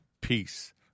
peace